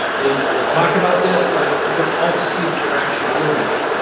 they they talk about this but you can also see that they're actually doing it,